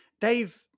Dave